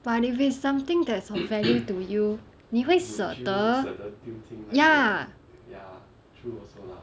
but if it is something that is of value to you 你会舍得 ya